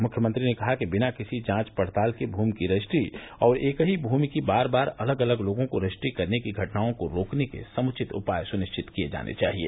मुख्यमंत्री ने कहा कि बिना किसी जांच पड़ताल के भूमि की रजिस्ट्री और एक ही भूमि की बार बार अलग अलग लोगों को रजिस्ट्री करने की घटनाओं को रोकने के उपाय सुनिश्चित किये जाये